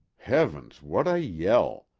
heavens! what a yell!